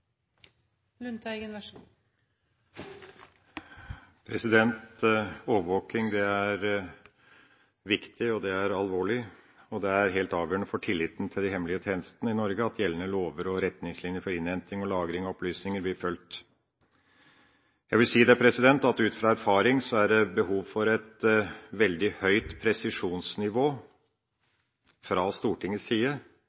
helt avgjørende for tilliten til de hemmelige tjenestene i Norge at gjeldende lover og retningslinjer for innhenting og lagring av opplysninger blir fulgt. Ut ifra erfaring er det behov for et veldig høyt presisjonsnivå fra Stortingets side for å sikre dette edle formålet: Overvåking skal skje lovlig og demokratisk. Som det framgår av innstillinga, har Stortingets presidentskap nedsatt et